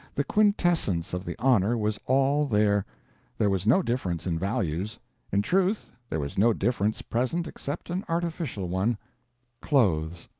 the quintessence of the honor was all there there was no difference in values in truth there was no difference present except an artificial one clothes.